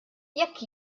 jekk